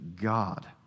God